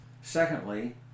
Secondly